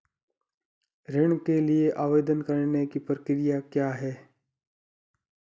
ऋण के लिए आवेदन करने की प्रक्रिया क्या है?